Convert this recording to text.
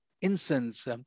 incense